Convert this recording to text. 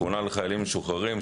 שכונה לחיילים משוחררים,